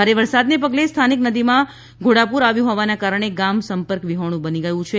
ભારે વરસાદને પગલે સ્થાનિક નદીમાં ધોડાપુર આવ્યું હોવાનાં કારણે ગામ સંપર્ક વિહોણું બની ગયું છે